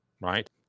right